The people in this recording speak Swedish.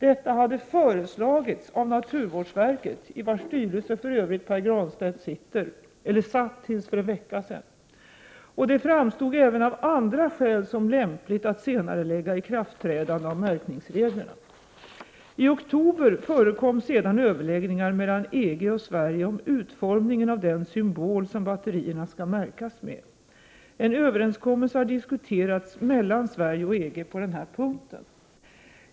Detta hade föreslagits av naturvårdsverket — i vars styrelse Pär Granstedt för övrigt satt tills för en vecka sedan — och det framstod även av andra skäl som lämpligt att senarelägga ikraftträdandet av märkningsreglerna. I oktober förekom sedan överläggningar mellan EG och Sverige om utformningen av den symbol som batterierna skall märkas med. En överenskommelse har diskuterats mellan Sverige och EG på den här punkten.